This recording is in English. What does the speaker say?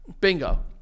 Bingo